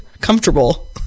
comfortable